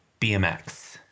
bmx